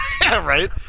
right